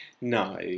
No